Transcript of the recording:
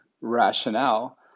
rationale